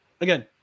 Again